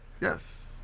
Yes